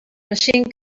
machine